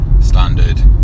standard